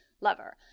lover